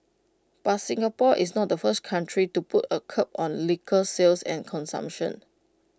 but Singapore is not the first country to put A curb on liquor sales and consumption